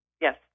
Yes